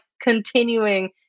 continuing